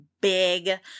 big